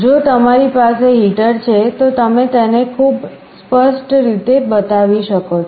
જો તમારી પાસે હીટર છે તો તમે તેને ખૂબ સ્પષ્ટ રીતે બતાવી શકો છો